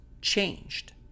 changed